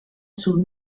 sul